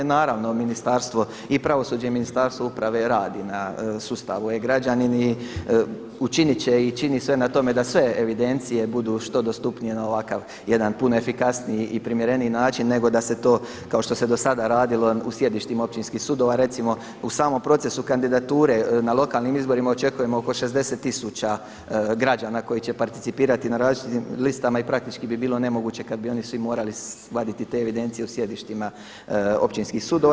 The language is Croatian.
Naravno, i pravosuđe i Ministarstvo uprave radi na sustavu e-građanin i učit će i čini sve na tome da sve evidencije budu što dostupnije na ovakav jedan puno efikasniji i primjereniji način nego da se to kao što se do sada radilo u sjedištima općinskih sudova, recimo u samom procesu kandidature na lokalnim izborima očekujemo oko 60 tisuća građana koji će participirati na različitim listama i praktički bi bilo nemoguće kada bi svi oni morali vaditi te evidencije u sjedištima općinskih sudova.